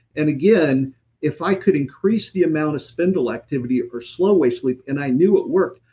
and again if i could increase the amount of spindle activity or slow wave sleep, and i knew it worked,